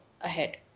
ahead